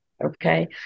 okay